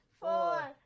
four